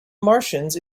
martians